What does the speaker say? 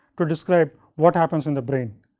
to describe what happens in the brain.